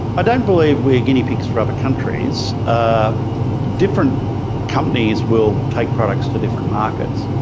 don't believe we are guinea pigs for other countries. ah different companies will take products to different markets.